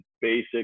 basic